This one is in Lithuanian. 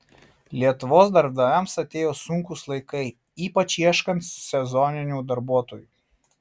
lietuvos darbdaviams atėjo sunkūs laikai ypač ieškant sezoninių darbuotojų